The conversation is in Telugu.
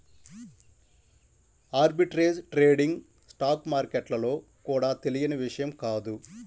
ఆర్బిట్రేజ్ ట్రేడింగ్ స్టాక్ మార్కెట్లలో కూడా తెలియని విషయం కాదు